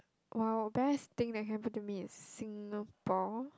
!wow! best thing that happen to me in Singapore